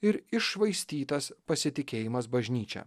ir iššvaistytas pasitikėjimas bažnyčia